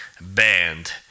band